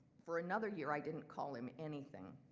for another year i didn't call him anything.